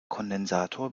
kondensator